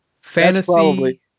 fantasy